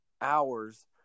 hours